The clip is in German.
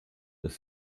das